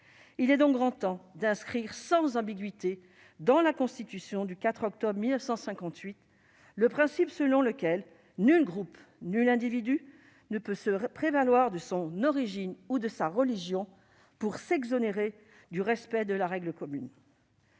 Il est donc grand temps d'inscrire sans ambiguïté dans la Constitution du 4 octobre 1958 le principe selon lequel nul groupe, nul individu, ne peut se prévaloir de son origine ou de sa religion pour s'exonérer du respect de la règle commune.